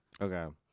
okay